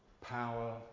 power